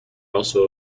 also